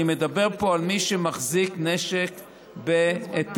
אני מדבר פה על מי שמחזיק נשק בהיתר.